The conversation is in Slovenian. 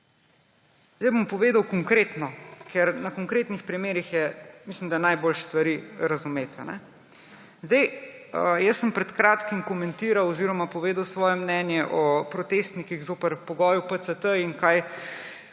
zdaj bom povedal konkretno, ker na konkretnih primerih je, mislim da, najlažje stvari razumeti. Pred kratkim sem komentiral oziroma povedal svoje mnenje o protestnikih zoper pogoj PCT in kaj